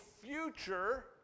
future